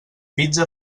pizza